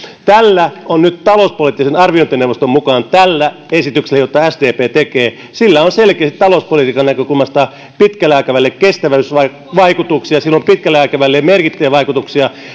talouspoliittisen arviointineuvoston mukaan tällä esityksellä jonka sdp tekee on nyt selkeästi talouspolitiikan näkökulmasta pitkälle aikavälille kestävyysvaikutuksia sillä on pitkälle aikavälille merkittäviä vaikutuksia